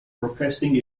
broadcasting